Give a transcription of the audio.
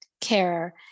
care